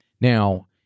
Now